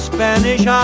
Spanish